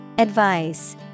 Advice